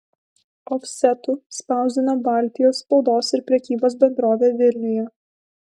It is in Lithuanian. ofsetu spausdino baltijos spaudos ir prekybos bendrovė vilniuje